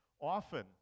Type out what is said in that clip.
Often